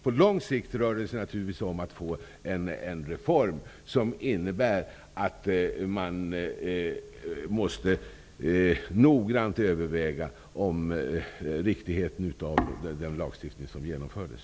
På lång sikt rör det sig naturligtvis om att få en reform, som innebär att man noga måste överväga riktigheten i fråga om den lagstiftning som genomförts.